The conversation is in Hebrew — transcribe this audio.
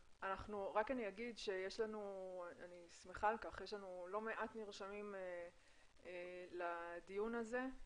אני רק אומר שאני שמחה על כך שיש לנו לא מעט נרשמים לדיון הזה,